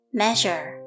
measure